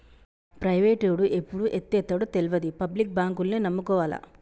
ప్రైవేటోడు ఎప్పుడు ఎత్తేత్తడో తెల్వది, పబ్లిక్ బాంకుల్నే నమ్ముకోవాల